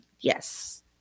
Yes